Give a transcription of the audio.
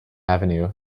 avenue